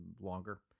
longer